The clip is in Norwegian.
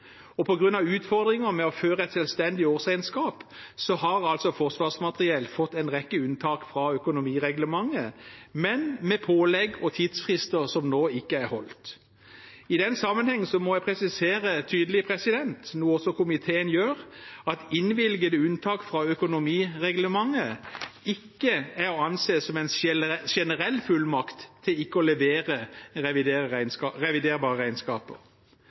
grunn av utfordringer med å føre et selvstendig årsregnskap har Forsvarsmateriell fått en rekke unntak fra økonomireglementet, men med pålegg og tidsfrister som ikke er overholdt. I den sammenheng må jeg presisere tydelig – noe også komiteen gjør – at innvilgede unntak fra økonomireglementet ikke er å anse som en generell fullmakt til ikke å levere reviderbare regnskaper.